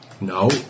No